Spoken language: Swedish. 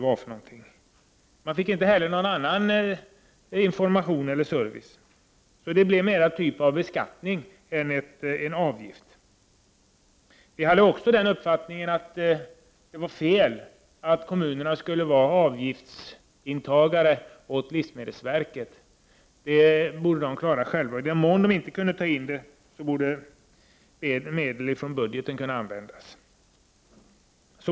Man skulle inte heller få någon information eller service. Det var mer fråga om en typ av beskattning än en avgift. Centerpartiet hade också den uppfattningen att det var fel att kommunerna skulle ta upp avgifter åt livsmedelsverket. Det borde livsmedelsverket klara självt. I den mån verket inte kunde ta in dessa avgifter, borde medel från budgeten användas.